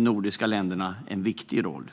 nordiska länderna en viktig roll.